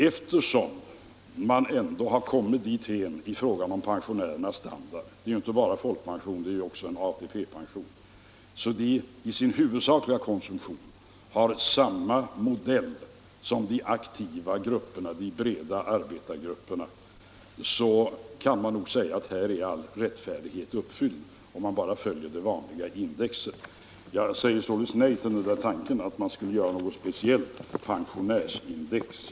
Eftersom man ändå har kommit dithän i fråga om pensionärernas standard — det gäller inte bara folkpension utan också ATP-pension — att de i sin huvudsakliga konsumtion har samma modell som de breda aktiva arbetargrupperna kan man nog säga att all rättfärdighet här är uppfylld, om man bara följer det vanliga indexet. Jag säger således nej till tanken att göra något speciellt pensionärsindex.